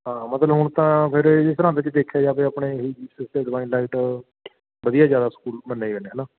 ਹਾਂ ਮਤਲਬ ਹੁਣ ਤਾਂ ਫਿਰ ਜੇ ਸਰਹਿੰਦ 'ਚ ਦੇਖਿਆ ਜਾਵੇ ਆਪਣੇ ਇਹੀ ਜੀਸਸ ਡਿਵਾਇਨ ਲਾਈਟ ਵਧੀਆ ਜ਼ਿਆਦਾ ਸਕੂਲ ਮੰਨੇ ਜਾਂਦੇ ਹੈ ਨਾ